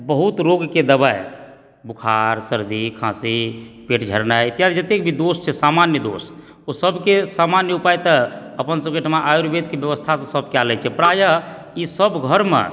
बहुत रोगके दवाइ बुख़ार सरदी खांसी पेट झड़नाइ चाहे जतेक भी दोष छै सामान्य दोष ओ सबके सामान्य उपाए तऽ अपन सबके एहिठमा आयुर्वेद कऽ व्यवस्थासँ सब कए लए छै प्रायः ई सब घरमे